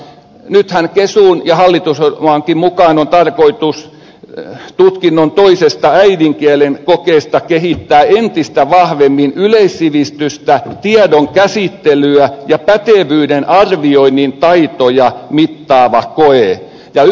nythän kesun ja hallitusohjelmankin mukaan on tarkoitus tutkinnon toisesta äidinkielen kokeesta kehittää entistä vahvemmin yleissivistystä tiedon käsittelyä ja pätevyyden arvioinnin taitoja mittaava koe